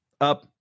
up